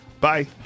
Bye